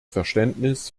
verständnis